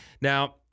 Now